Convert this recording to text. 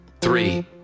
three